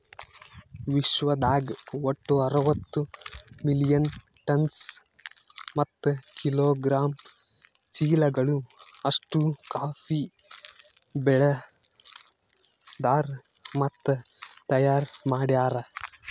ವಿಶ್ವದಾಗ್ ಒಟ್ಟು ಅರವತ್ತು ಮಿಲಿಯನ್ ಟನ್ಸ್ ಮತ್ತ ಕಿಲೋಗ್ರಾಮ್ ಚೀಲಗಳು ಅಷ್ಟು ಕಾಫಿ ಬೆಳದಾರ್ ಮತ್ತ ತೈಯಾರ್ ಮಾಡ್ಯಾರ